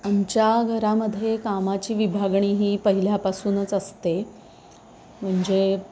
आमच्या घरामध्ये कामाची विभागणी ही पहिल्यापासूनच असते म्हणजे